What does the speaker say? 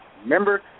Remember